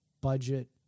budget